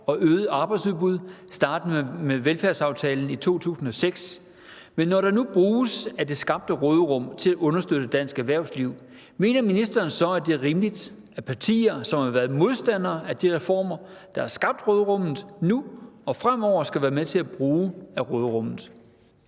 og øget arbejdsudbud startende med velfærdsaftalen i 2006, men når der nu bruges af det skabte råderum til at understøtte dansk erhvervsliv, mener ministeren så, at det er rimeligt, at partier, som har været modstandere af de reformer, der har skabt råderummet, nu og fremover kan være med til at bruge af råderummet?